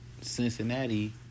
Cincinnati